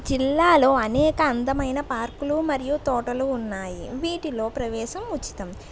జిల్లాలో అనేక అందమైన పార్కులు మరియు తోటలు ఉన్నాయి వీటిలో ప్రవేశం ఉచితం